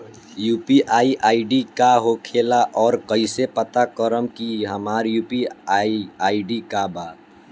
UPI ID का होखेला और कईसे पता करम की हमार यू.पी.आई आई.डी का बा?